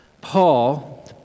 Paul